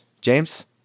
James